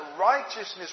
righteousness